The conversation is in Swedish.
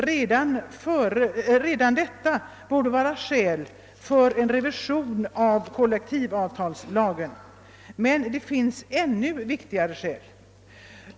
Redan detta borde vara skäl för en revision av kollektivavtalslagen. Men det finns ännu viktigare skäl.